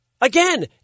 Again